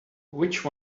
which